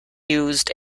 used